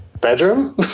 bedroom